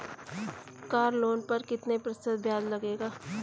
Car loan पर कितने प्रतिशत ब्याज लगेगा?